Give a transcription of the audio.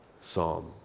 psalm